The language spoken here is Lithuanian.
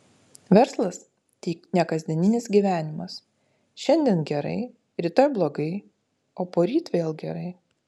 verslas tai ne kasdieninis gyvenimas šiandien gerai rytoj blogai o poryt vėl gerai